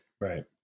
right